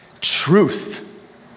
Truth